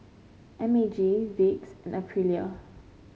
M A G Vicks and Aprilia